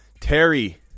Terry